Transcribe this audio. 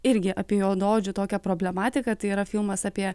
irgi apie juodaodžių tokią problematiką tai yra filmas apie